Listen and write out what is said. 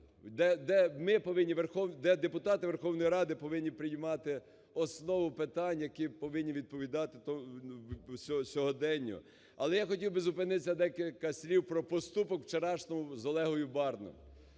де депутати Верховної Ради повинні приймати основу питань, які повинні відповідати сьогоденню. Але я хотів би зупинитися декілька слів про поступок учорашній з Олегом Барною.